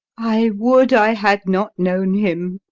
i would i had not known him.